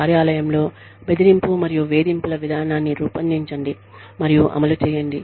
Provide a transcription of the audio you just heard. కార్యాలయంలో బెదిరింపు మరియు వేధింపుల విధానాన్ని రూపొందించండి మరియు అమలు చేయండి